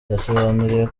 yasobanuriye